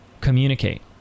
communicate